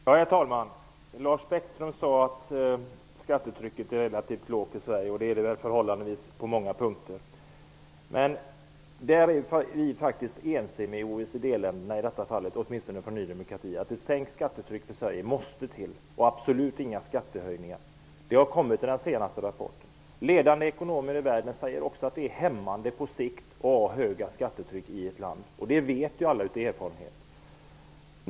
Herr talman! Lars Bäckström sade att skattetrycket är relativt lågt i Sverige. Det är det väl förhållandevis. Men vi i Ny demokrati är överens med OECD-länderna om att det måste till ett sänkt skattetryck för Sverige och absolut inga skattehöjningar. Det har framkommit i den senaste rapporten. Ledande ekonomer i världen säger att det på sikt är hämmande för ett land att ha högt skattetryck. Det vet alla av erfarenhet.